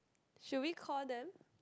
should we call them